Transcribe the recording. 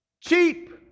Cheap